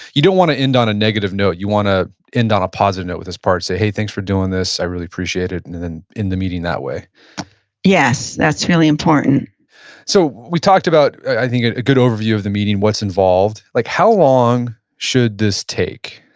you don't wanna end on a negative note. you wanna end on a positive note with his part, say, hey, thanks for doing this. i really appreciate it. and then end the meeting that way yes, that's really important so we talked about, i think, a good overview of the meeting, what's involved. like how long should this take?